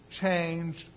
changed